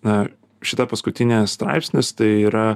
na šita paskutinė straipsnis tai yra